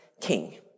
king